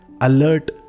alert